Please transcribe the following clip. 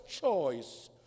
choice